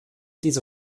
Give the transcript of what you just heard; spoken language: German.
diese